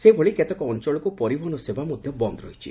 ସେହିଭଳି କେତେକ ଅଞ୍ଚଳକ୍ ପରିବହନ ସେବା ବନ୍ଦ୍ ରହିଛି